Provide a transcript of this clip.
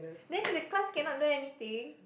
then the class cannot learn anything